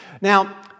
Now